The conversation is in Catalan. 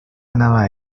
anava